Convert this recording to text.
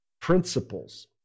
principles